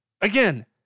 again